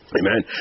Amen